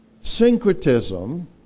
syncretism